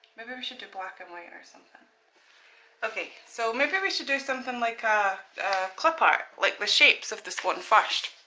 maybe we should do black and white or something okay so maybe we should do something like a clip art like the shapes of the swan and first.